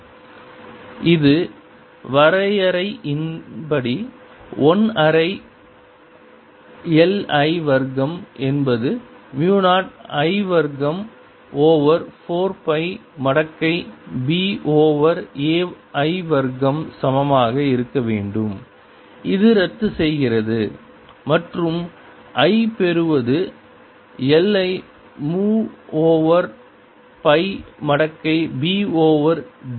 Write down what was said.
Energy storedlength 0I282ab2πrdrr20I24πlnba இது வரையறையின்படி 1 அரை l I வர்க்கம் என்பது மு 0 I வர்க்கம் ஓவர் 4 பை மடக்கை b ஓவர் a I வர்க்கம் சமமாக இருக்க வேண்டும் இது ரத்துசெய்கிறது மற்றும் I பெறுவது l ஐ மு ஓவர் பை மடக்கை b ஓவர் d